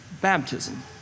baptism